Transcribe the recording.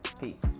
Peace